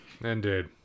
Indeed